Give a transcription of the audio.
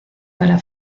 para